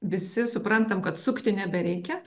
visi suprantam kad sukti nebereikia